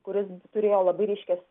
kuris turėjo labai ryškią